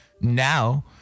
now